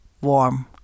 Warm